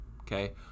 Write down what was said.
okay